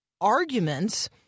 arguments